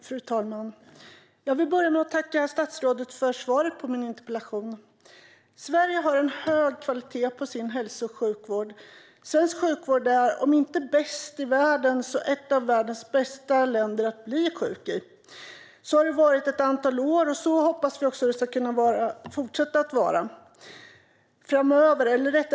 Fru talman! Jag vill börja med att tacka statsrådet för svaret på min interpellation. Sverige har hög kvalitet på sin hälso och sjukvård. Sverige har en sjukvård som är bland de bästa i världen, och är ett världens bästa länder att bli sjuk i. Det har varit på det sättet ett antal år, och vi hoppas att det ska fortsätta att vara det.